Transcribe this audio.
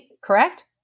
correct